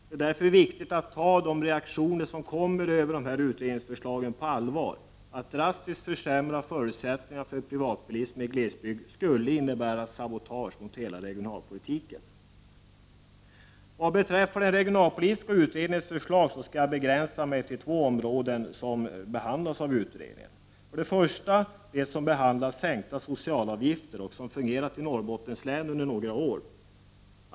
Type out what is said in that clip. Det är därför viktigt att ta de reaktioner som kommer med anledning av utredningsförslagen på allvar. Att drastiskt försämra förutsättningarna för privatbilismen i glesbygd skulle innebära ett sabotage mot hela regionalpolitiken. Vad beträffar den regionalpolitiska utredningens förslag skall jag begränsa mig till två av de områden som behandlas av utredningen. För det första gäller det behandlingen av frågan om sänkta socialavgifter, ett system som har fungerat i Norrbottens län under några år.